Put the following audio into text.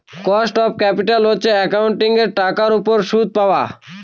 cost of capital হচ্ছে একাউন্টিঙের টাকার উপর সুদ পাওয়া